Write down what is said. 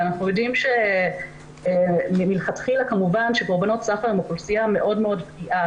אנחנו יודעים שמלכתחילה שקורבנות סחר הם אוכלוסייה מאוד פגיעה